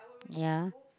ya